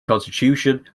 constitution